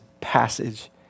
passage